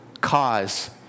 cause